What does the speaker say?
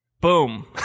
boom